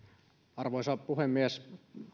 arvoisa puhemies